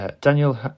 Daniel